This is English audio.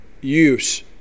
use